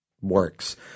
works